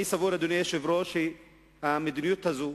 אני סבור, אדוני היושב-ראש, שהמדיניות הזו,